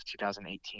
2018